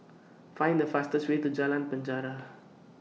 Find The fastest Way to Jalan Penjara